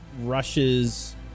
rushes